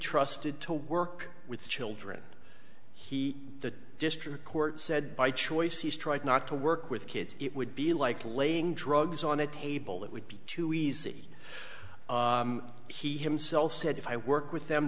trusted to work with children he the district court said by choice he's tried not to work with kids it would be like laying drugs on a table that would be too easy he himself said if i work with them